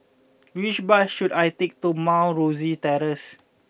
which bus should I take to Mount Rosie Terrace